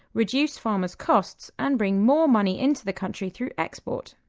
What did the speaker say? reduce farmers' costs and bring more money into the country through export.